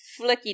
flicky